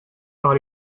par